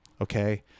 Okay